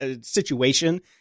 situation